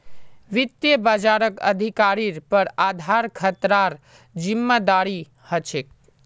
वित्त बाजारक अधिकारिर पर आधार खतरार जिम्मादारी ह छेक